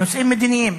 נושאים מדיניים.